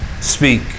speak